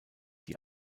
die